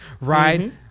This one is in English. Right